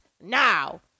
now